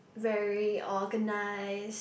very organised